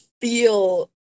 feel